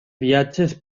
viatges